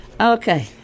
Okay